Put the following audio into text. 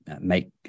make